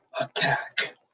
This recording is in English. attack